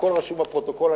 הכול רשום בפרוטוקול.